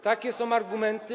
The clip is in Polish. Takie są argumenty.